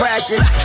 Precious